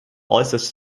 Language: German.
äußerst